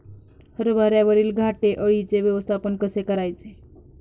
हरभऱ्यावरील घाटे अळीचे व्यवस्थापन कसे करायचे?